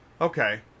Okay